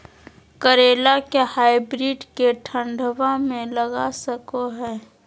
करेला के हाइब्रिड के ठंडवा मे लगा सकय हैय?